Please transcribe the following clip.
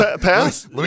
Pass